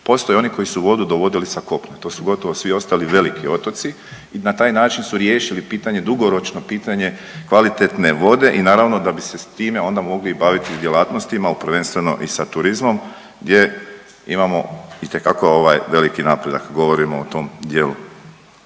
Postoje oni koji su vodu dovodili sa kopna. To su gotovo svi ostali veliki otoci i na taj način su riješili pitanje, dugoročno pitanje kvalitetne vode i naravno da bi se s time onda mogli baviti i sa djelatnostima prvenstveno i sa turizmom gdje imamo itekako veliki napredak. Govorimo o tom dijelu.